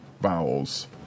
vowels